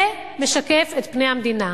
זה משקף את פני המדינה.